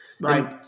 Right